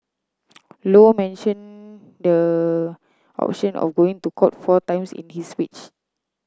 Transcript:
low mention the option of going to court four times in his speech